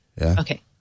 Okay